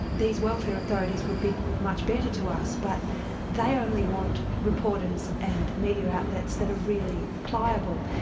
these welfare authorities would be much better to us. but they only want reporters and media outlets that are really pliable.